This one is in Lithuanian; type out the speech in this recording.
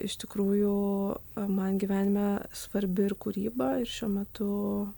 iš tikrųjų man gyvenime svarbi ir kūryba ir šiuo metu